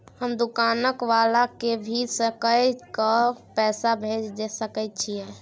हम दुकान वाला के भी सकय कर के पैसा भेज सके छीयै?